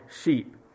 sheep